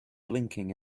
blinking